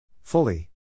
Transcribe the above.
Fully